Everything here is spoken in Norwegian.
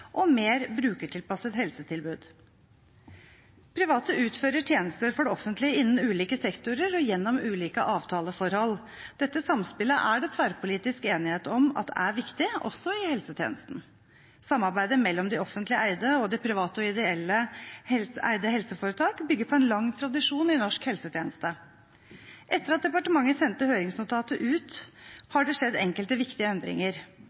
og mer brukertilpasset helsetilbud. Private utfører tjenester for det offentlige innen ulike sektorer og gjennom ulike avtaleforhold. Dette samspillet er det tverrpolitisk enighet om er viktig også i helsetjenesten. Samarbeidet mellom de offentlig eide og de private og ideelle eide helseforetakene bygger på en lang tradisjon i norsk helsetjeneste. Etter at departementet sendte ut høringsnotatet, har det skjedd enkelte viktige endringer.